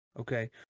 Okay